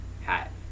hat